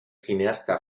cineasta